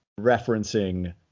referencing